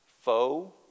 foe